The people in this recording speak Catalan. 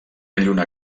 lluna